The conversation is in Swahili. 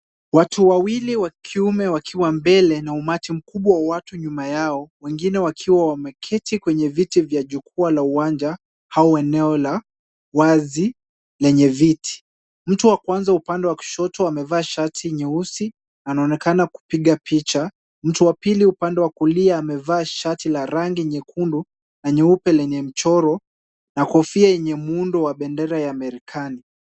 Watu wawili wa kiume wakiwa mbele na umati mkubwa wa watu nyuma yao, wengine wakiwa wameketi kwenye viti vya jukwaa la uwanja au eneo la wazi lenye viti. Mtu wa kwanza upande wa kushoto amevaa shati nyeusi anaonekana kupiga picha. Mtu wa pili upande wa kulia amevaa shati la rangi nyekundu na nyeupe lenye mchoro na kofia yenye muundo wa bendera ya Marekani.